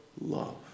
love